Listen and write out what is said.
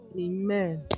amen